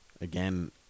again